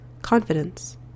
Confidence